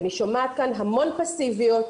אני שומעת כאן המון פסיביות.